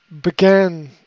began